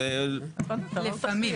לפעמים.